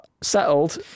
settled